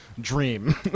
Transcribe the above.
dream